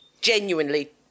genuinely